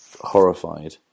horrified